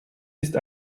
ist